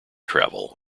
travel